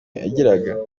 yagiraga